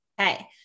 Okay